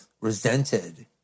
resented